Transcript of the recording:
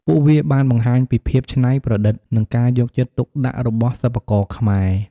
ពួកវាបានបង្ហាញពីភាពច្នៃប្រឌិត និងការយកចិត្តទុកដាក់របស់សិប្បករខ្មែរ។